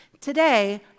Today